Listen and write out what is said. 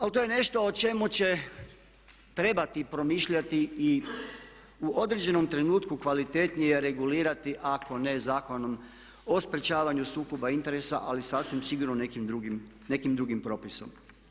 Ali to je nešto o čemu će trebati promišljati i u određenom trenutku kvalitetnije regulirati ako ne Zakonom o sprječavanju sukoba interesa ali sasvim sigurno nekim drugim propisom.